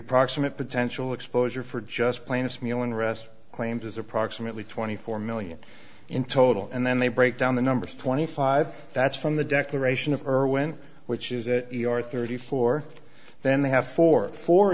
approximate potential exposure for just plaintiffs mewling rest claims is approximately twenty four million in total and then they break down the numbers twenty five that's from the declaration of irwin which is it your thirty four then they have four fo